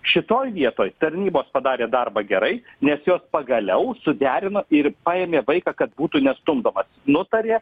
šitoj vietoj tarnybos padarė darbą gerai nes jos pagaliau suderino ir paėmė vaiką kad būtų ne stumdomas nutarė